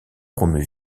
promu